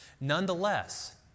Nonetheless